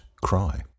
cry